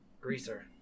greaser